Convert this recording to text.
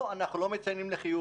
לא, אנחנו לא מציינים לחיוב.